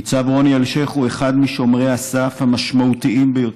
ניצב רוני אלשיך הוא אחד משומרי הסף המשמעותיים ביותר.